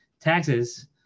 taxes